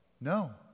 No